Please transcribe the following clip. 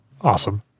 Awesome